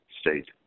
state